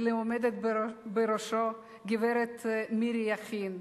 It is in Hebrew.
ולעומדת בראשו, הגברת מירי יכין,